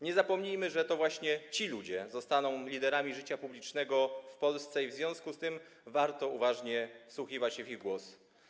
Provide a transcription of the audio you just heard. Nie zapomnijmy, że to właśnie ci ludzie zostaną liderami życia publicznego w Polsce i w związku z tym warto uważnie wsłuchiwać się w ich głos.